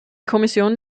kommission